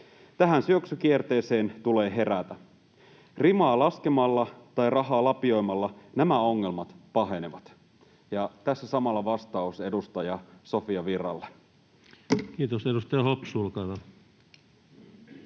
Tähän syöksykierteeseen tulee herätä. Rimaa laskemalla tai rahaa lapioimalla nämä ongelmat pahenevat. — Tässä samalla vastaus edustaja Sofia Virralle. [Speech 90]